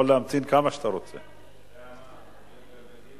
כמה זמן יש לי לחשוב על זה?